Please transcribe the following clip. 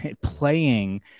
playing